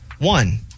One